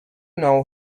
know